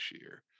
year